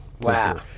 Wow